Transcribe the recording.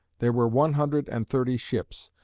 there were one hundred and thirty ships.